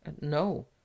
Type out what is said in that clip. No